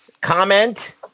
comment